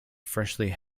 freshly